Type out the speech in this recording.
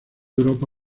europa